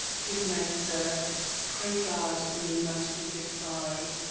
good-night, sir pray god, it may not be good-by.